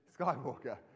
Skywalker